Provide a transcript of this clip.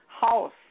house